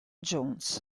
jones